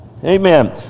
Amen